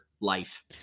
life